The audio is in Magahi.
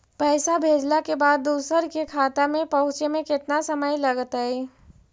पैसा भेजला के बाद दुसर के खाता में पहुँचे में केतना समय लगतइ?